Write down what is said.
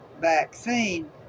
vaccine